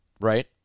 right